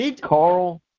Carl